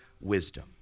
wisdom